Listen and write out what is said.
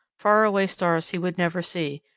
faraway stars he would never see,